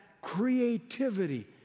creativity